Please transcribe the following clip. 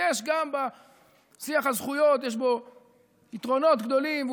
גם בשיח על זכויות יש יתרונות גדולים,